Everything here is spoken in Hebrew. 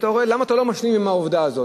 למה אתה לא משלים עם העובדה הזאת?